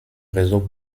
réseau